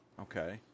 Okay